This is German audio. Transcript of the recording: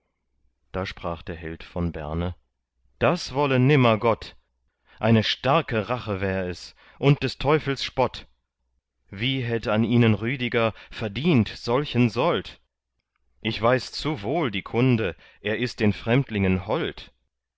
da sprach der held von berne das wolle nimmer gott eine starke rache wär es und des teufels spott wie hätt an ihnen rüdiger verdient solchen sold ich weiß zu wohl die kunde er ist den fremdlingen hold